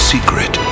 secret